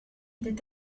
était